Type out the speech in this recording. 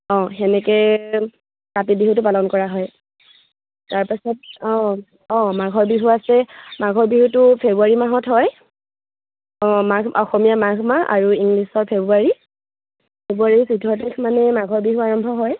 অঁ তেনেকৈ কাতি বিহুটো পালন কৰা হয় তাৰপাছত অঁ অঁ মাঘৰ বিহু আছে মাঘৰ বিহুটো ফেব্ৰুৱাৰী মাহত হয় অঁ মাঘ অসমীয়া মাঘ মাহ আৰু ইংলিছৰ ফেব্ৰুৱাৰী ফেব্ৰুৱাৰী চৈধ্য় তাৰিখ মানে মাঘৰ বিহু আৰম্ভ হয়